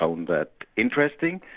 um that interesting,